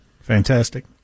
Fantastic